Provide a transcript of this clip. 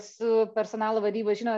su personalo vadyba žino